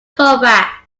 combat